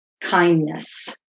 kindness